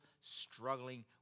struggling